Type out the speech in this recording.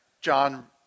John